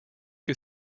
que